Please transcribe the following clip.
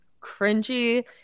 cringy